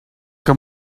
que